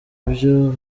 ibyo